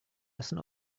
essen